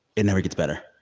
it never gets better.